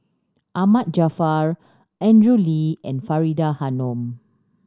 Ahmad Jaafar Andrew Lee and Faridah Hanum